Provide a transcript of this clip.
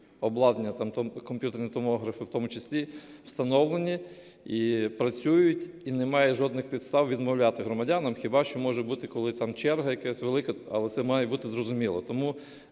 обладнання, комп'ютерні томографи в тому числі, встановлені і працюють, і немає жодних підстав відмовляти громадянам, хіба що може бути колись там черга якась велика, але це має бути зрозуміло. Тому